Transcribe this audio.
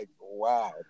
wow